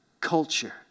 culture